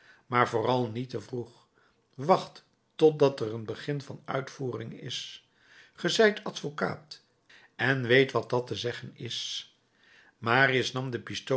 maar vooral niet te vroeg wacht totdat er een begin van uitvoering is ge zijt advocaat en weet wat dat te zeggen is marius nam de